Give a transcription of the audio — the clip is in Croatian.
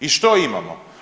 I što imamo?